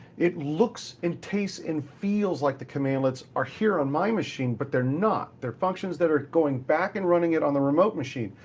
it looks and tastes and feels like the cmdlets are here on my machine, but they're not. they're functions that are going back and running it on the remote machine.